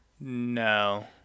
No